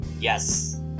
yes